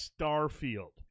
Starfield